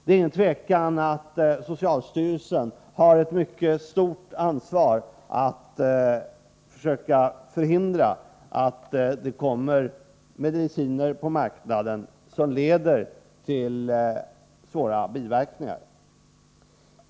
Det råder inga tvivel om att socialstyrelsen har ett mycket stort ansvar för att förhindra att mediciner som kan leda till svåra biverkningar kommer ut på marknaden.